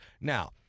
Now